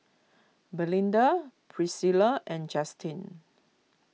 Melinda Priscila and Justine